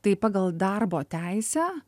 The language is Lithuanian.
tai pagal darbo teisę